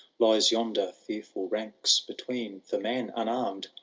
lies yonder fearful ranks between for man unarmm,